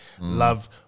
Love